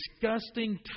disgusting